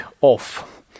off